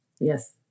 Yes